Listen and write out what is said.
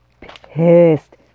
pissed